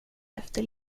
efter